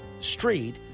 street